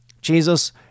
Jesus